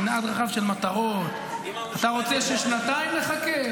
מנעד רחב של מטרות --- אם הממשלה --- אתה רוצה ששנתיים נחכה?